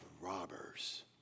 robbers